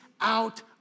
out